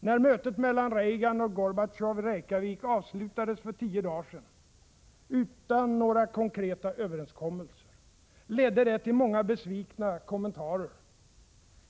När mötet mellan Reagan och Gorbatjov i Reykjavik avslutades för tio dagar sedan utan några konkreta överenskommelser, ledde det till många besvikna kommentarer.